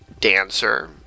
dancer